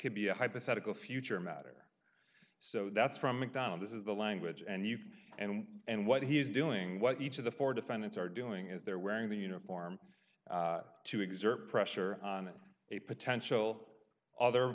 could be a hypothetical future matter so that's from mcdonald this is the language and you can and what he is doing what each of the four defendants are doing is they're wearing the uniform to exert pressure on a potential other